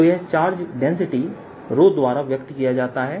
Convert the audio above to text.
तो यह charge density⍴ द्वारा व्यक्त किया जाता है